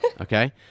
okay